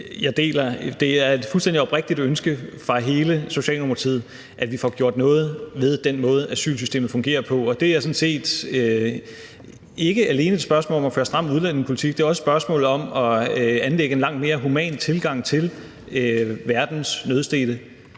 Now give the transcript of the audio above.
jeg deler. Det er et fuldstændig oprigtigt ønske fra hele Socialdemokratiet, at vi får gjort noget ved den måde, asylsystemet fungerer på. Det er sådan set ikke alene et spørgsmål om at føre en stram udlændingepolitik, det er også et spørgsmål om at anlægge en langt mere human tilgang til verdens nødstedte.